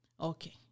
Okay